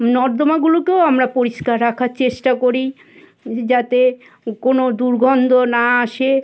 নর্দমাগুলোকেও আমরা পরিষ্কার রাখার চেষ্টা করি যাতে কোনো দুর্গন্ধ না আসে